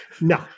no